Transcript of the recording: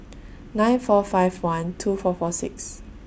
nine four five one two four four six